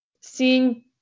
seeing